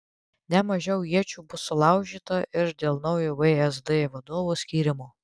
ne mažiau iečių bus sulaužyta ir dėl naujo vsd vadovo skyrimo